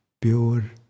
pure